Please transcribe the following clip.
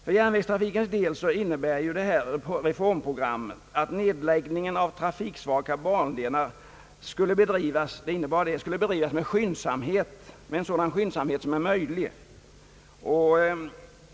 För järnvägstrafikens del innebar reformprogrammet att nedläggningen av trafiksvaga bandelar skulle bedrivas med den skyndsamhet som är möjlig.